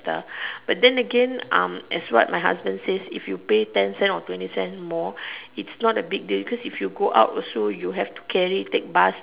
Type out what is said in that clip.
but then again um as what my husband says if you pay ten cents or twenty cents more it's not a big deal because if you go out also you have to carry take bus